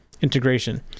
integration